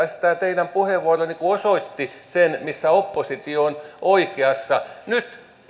asiassa tämä teidän puheenvuoronne osoitti sen missä oppositio on oikeassa nyt